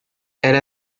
elle